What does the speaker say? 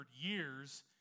years